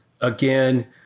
again